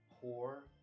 poor